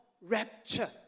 rapture